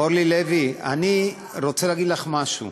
אורלי לוי, אורלי לוי, אני רוצה להגיד לך משהו: